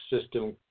system